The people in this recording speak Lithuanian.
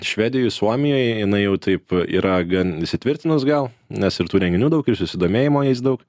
švedijoj suomijoj jinai jau taip yra gan įsitvirtinus gal nes ir tų renginių daug ir susidomėjimo jais daug